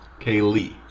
kaylee